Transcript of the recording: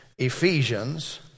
Ephesians